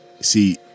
see